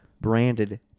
branded